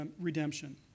redemption